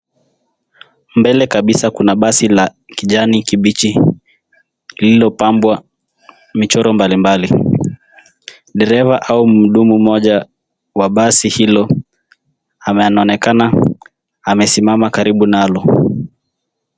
Mbele kabisa kuna basi la kijani kibichi lililopambwa michoro mbalimbali. Dereva au mhudumu mmoja wa basi hilo anaonekana amesimama karibu nalo.